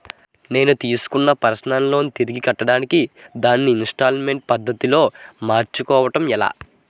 నేను తిస్కున్న personal loan తిరిగి కట్టడానికి దానిని ఇంస్తాల్మేంట్ పద్ధతి లో మార్చుకోవడం ఎలా?